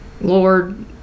Lord